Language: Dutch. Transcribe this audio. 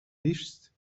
liefst